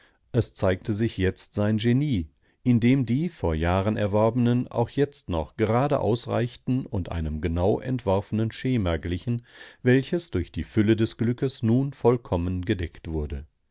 es zeigte sich jetzt sein genie indem die vor jahren erworbenen auch jetzt noch gerade ausreichten und einem genau entworfenen schema glichen welches durch die fülle des glückes nun vollkommen gedeckt wurde